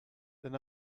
then